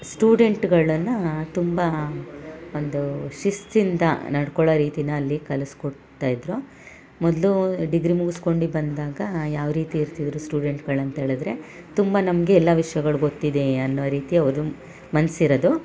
ಸ್ಟೂಡೆಂಟ್ಗಳನ್ನು ತುಂಬ ಒಂದು ಶಿಸ್ತಿಂದ ನಡ್ಕೊಳ್ಳೋ ರೀತಿಯಲ್ಲಿ ಕಲಿಸ್ಕೊಡ್ತಾ ಇದ್ದರು ಮೊದಲು ಡಿಗ್ರಿ ಮುಗಿಸ್ಕೊಂಡು ಬಂದಾಗ ಯಾವ ರೀತಿ ಇರ್ತಿದ್ದರು ಸ್ಟೂಡೆಂಟ್ಗಳು ಅಂತ ಹೇಳದ್ರೆ ತುಂಬ ನಮಗೆ ಎಲ್ಲ ವಿಷ್ಯಗಳು ಗೊತ್ತಿದೆ ಅನ್ನೋ ರೀತಿ ಅವ್ರ ಮನ್ಸು ಇರೋದು